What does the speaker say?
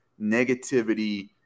negativity